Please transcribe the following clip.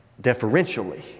deferentially